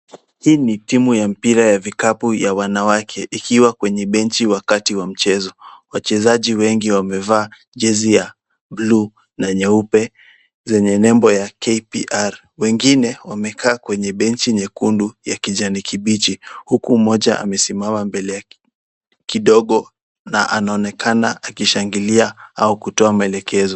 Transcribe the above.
Hii ni timu ya mpira ya vikapu ya wanawake, ikiwa kwenye benchi wakati wa michezo, wachezaji wengi wamevaa jezi ya buluu na nyeupe zenye nembo ya KPR. Wengine wamekaa kwenye benchi nyekundu ya kijani kibichi huku mmoja amesimama mbele kidogo na anaonekana akishangilia au kutoa mwekekezo.